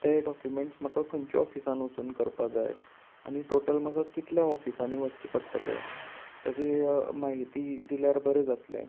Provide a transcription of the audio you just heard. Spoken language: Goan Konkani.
ते डॉक्युमेंट्स म्हाका खंयच्या ऑफिसान वचून करपा जाय आनी टोटल म्हाका कितल्या ऑफिसांनी वचचें पडटलें ताजे माहिती दिल्यार बरें जातलें